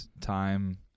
time